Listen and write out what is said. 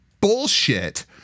bullshit